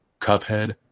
Cuphead